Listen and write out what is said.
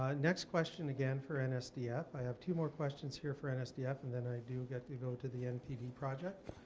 ah next question again for nsdf. i have two more questions here for nsdf, and then i do get to go to the npd project.